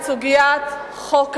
את סוגיית חוק ההסדרים.